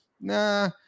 nah